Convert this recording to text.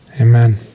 Amen